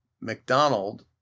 McDonald